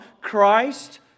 Christ